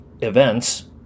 events